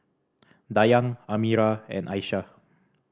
Dayang Amirah and Aisyah